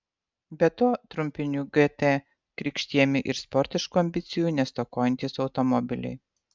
be to trumpiniu gt krikštijami ir sportiškų ambicijų nestokojantys automobiliai